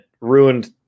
ruined